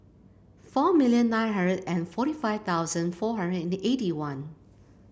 four million nine hundred and forty five thousand four hundred and eighty one